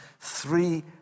three